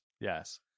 Yes